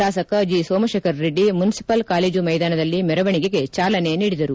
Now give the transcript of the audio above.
ಶಾಸಕ G Somashekara Reddy municipal college ಮೈದಾನದಲ್ಲಿ ಮೆರವಣೆಗೆಗೆ ಚಾಲನೆ ನೀಡಿದರು